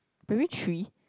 primary three